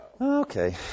Okay